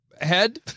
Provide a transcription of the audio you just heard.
head